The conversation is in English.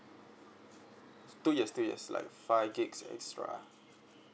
two years two years like five gigs extra